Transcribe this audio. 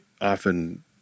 often